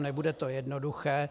Nebude to jednoduché.